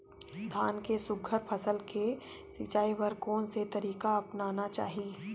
धान के सुघ्घर फसल के सिचाई बर कोन से तरीका अपनाना चाहि?